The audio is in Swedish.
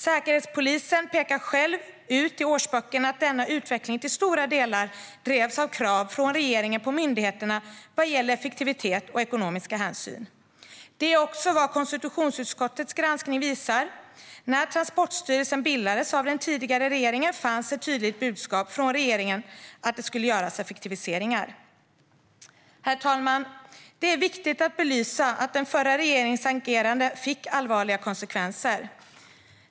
Säkerhetspolisen pekar själv i årsböckerna på att denna utveckling till stora delar drevs fram av krav från regeringen på myndigheterna vad gäller effektivitet och ekonomiska hänsyn. Detta är också vad konstitutionsutskottets granskning visar. När Transportstyrelsen bildades av den tidigare regeringen fanns ett tydligt budskap från regeringen om att det skulle göras effektiviseringar. Herr talman! Det är viktigt att belysa att den förra regeringens agerande fick allvarliga konsekvenser.